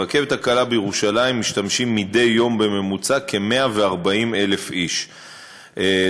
ברכבת הקלה בירושלים משתמשים מדי יום בממוצע כ-140,000 נוסעים.